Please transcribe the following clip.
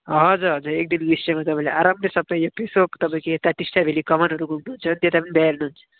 हजुर हजुर एक दिन निस्किएमा तपाईँले आरामले सबै यो पेसोक तपाईँको यता टिस्टा भेली कमानहरू घुम्नुहुन्छ भने त्यता पनि भ्याइहाल्नु हुन्छ